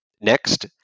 Next